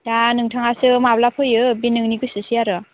दा नोंथाङासो माब्ला फैयो बे नोंनि गोसोसै आरो